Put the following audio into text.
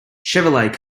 chevrolet